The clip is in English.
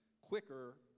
quicker